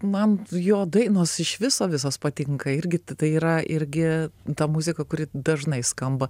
man jo dainos iš viso visos patinka irgi tai yra irgi ta muzika kuri dažnai skamba